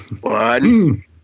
One